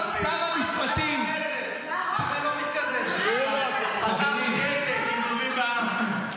שר המשפטים ------ פתחת עסק "קיזוזים בע"מ".